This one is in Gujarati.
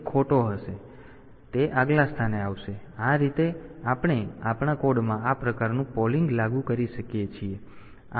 તેથી તે આગલા સ્થાને આવશે આ રીતે આપણે આપણા કોડમાં આ પ્રકારનું પોલીંગ લાગુ કરી શકીએ છીએ